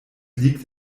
liegt